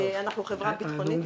אנחנו חברה ביטחונית,